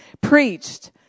preached